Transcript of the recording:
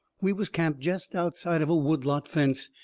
we was camped jest outside of a wood-lot fence,